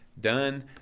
done